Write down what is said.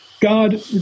God